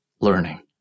learning